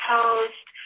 Post